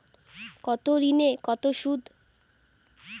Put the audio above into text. কোন ঋণে কত সুদ?